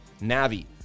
Navi